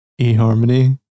eHarmony